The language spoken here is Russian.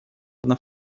одна